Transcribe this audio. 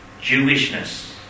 Jewishness